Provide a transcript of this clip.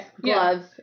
gloves